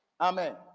Amen